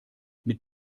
mit